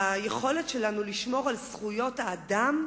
היכולת שלנו לשמור על זכויות האדם,